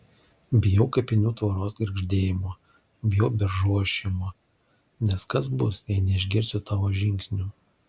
bijau kapinių tvoros girgždėjimo bijau beržų ošimo nes kas bus jei neišgirsiu tavo žingsnių